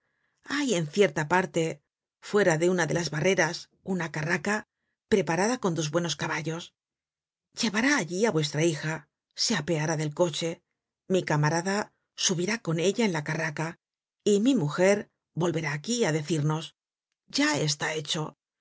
hay en cierta parte fuera de una de las barreras uua carraca preparada con dos buenos caballos llevará allí á vuestra hija se apeará del coche mi camarada subirá con ella en la carraca y mi mujer volverá aquí á decirnos ya está hecho